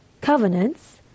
covenants